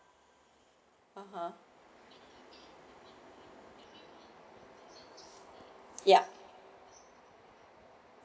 (uh huh) yup